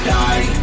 die